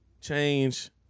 change